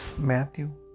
Matthew